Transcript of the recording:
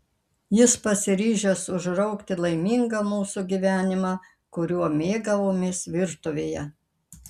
jis pasiryžęs užraukti laimingą mūsų gyvenimą kuriuo mėgavomės virtuvėje